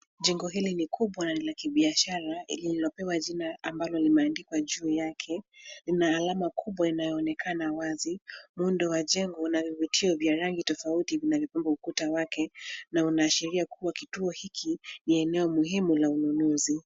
Jengo hili ni kubwa na ni la kibiashara lililopewa jina ambalo limaendikwa juu yake. Lina alama kubwa inayoonekana wazi. Muundo wa jengo una viteo vya rangi tofauti tofauti vinavyopamba ukuta wake na inaashiria kituo hiki ni eneo muhimu la ununuzi.